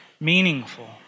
meaningful